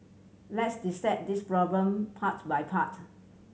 let's dissect this problem parts by part